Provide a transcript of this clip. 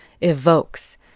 evokes